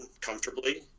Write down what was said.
comfortably